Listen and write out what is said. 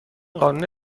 قانون